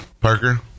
Parker